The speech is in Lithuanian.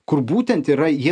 kur būtent yra jie